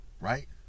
right